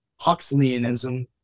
Huxleyanism